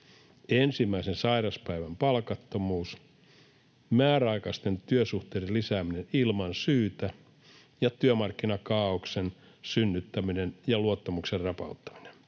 ensimmäisen sairauspäivän palkattomuus, määräaikaisten työsuhteiden lisääminen ilman syytä ja työmarkkinakaaoksen synnyttäminen ja luottamuksen rapauttaminen.